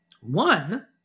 One